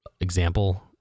example